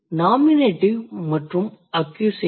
இவை nominative மற்றும் accusative